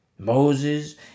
Moses